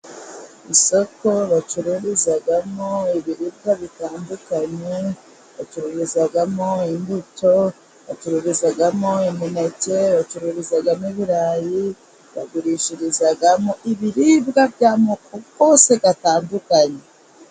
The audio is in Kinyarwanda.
Isoko bacururizamo ibiribwa bitandukanye bacuruzamo imbuto, bacuruzamo imineke bacururizamo ibirayi bagurishirizamo ibiribwa by'amoko yose atandukanye.